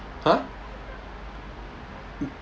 har